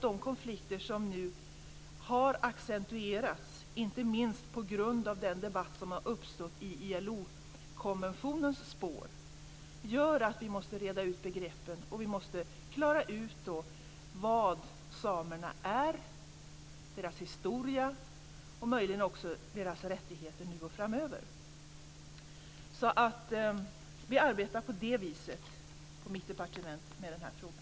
De konflikter som nu har accentuerats, inte minst på grund av den debatt som har uppstått i ILO-konventionens spår, gör att vi måste reda ut begreppen. Vi måste klara ut vad samerna är, deras historia och möjligen också deras rättigheter nu och framöver. Vi arbetar på det viset på mitt departement med den här frågan.